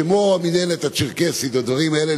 כמו המינהלת הצ'רקסית והדברים האלה,